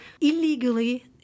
illegally